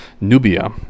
nubia